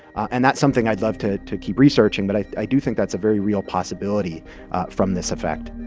and that's something i'd love to to keep researching, but i i do think that's a very real possibility from this effect